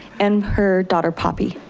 and her daughter poppy.